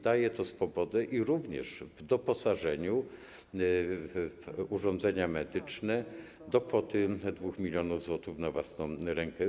Daje to swobodę również w doposażeniu w urządzenia medyczne do kwoty 2 mln zł na własną rękę.